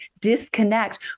disconnect